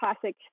classic